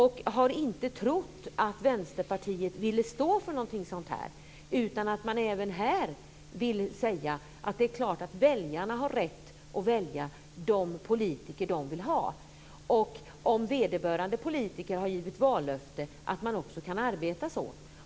Jag hade inte trott att Vänsterpartiet ville stå för någonting sådant, utan att man även här ville säga att det är klart att väljarna har rätt att välja de politiker de vill ha. Om vederbörande politiker har givit ett vallöfte ska de också kunna arbeta så.